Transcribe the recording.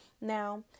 Now